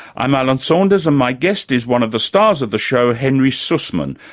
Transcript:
i'm alan saunders and my guest is one of the stars of the show, henry sussman,